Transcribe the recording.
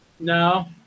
No